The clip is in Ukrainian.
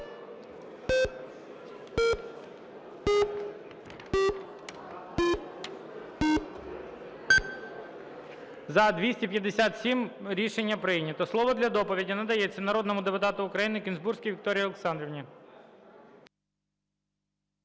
За-257 Рішення прийнято. Слово для доповіді надається народному депутату України Кінзбурській Вікторії Олександрівні.